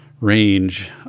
range